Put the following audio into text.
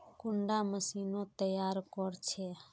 कुंडा मशीनोत तैयार कोर छै?